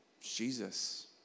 Jesus